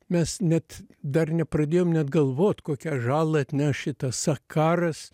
mes net dar nepradėjom net galvot kokią žalą atneš šitas karas